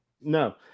no